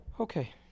Okay